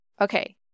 Okay